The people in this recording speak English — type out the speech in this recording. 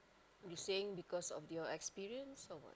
you saying because of real experience or what